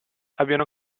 abbiano